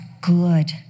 good